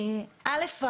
אל"ף,